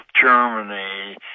Germany